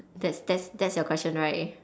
that's that's that's your question right